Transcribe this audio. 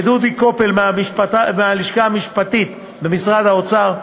לדודי קופל מהלשכה המשפטית במשרד האוצר,